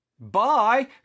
Bye